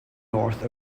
north